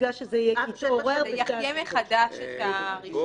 בגלל שזה יתעורר ------ גבי,